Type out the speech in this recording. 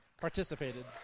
participated